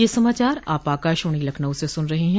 ब्रे क यह समाचार आप आकाशवाणी लखनऊ से सुन रहे हैं